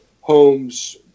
homes